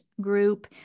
group